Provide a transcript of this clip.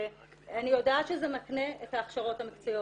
יודעת שזה מקנה את ההכשרות המקצועיות